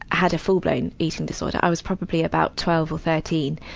had a full-blown eating disorder. i was probably about twelve or thirteen,